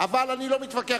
אבל אני לא מתווכח.